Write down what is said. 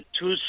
two